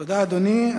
תודה, אדוני.